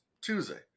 Tuesday